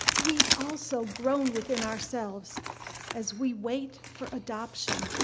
we also groan within ourselves as we wait for adoption,